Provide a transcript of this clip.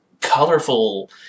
colorful